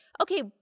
Okay